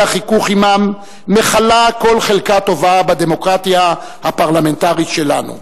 החיכוך עמם מכלה כל חלקה טובה בדמוקרטיה הפרלמנטרית שלנו.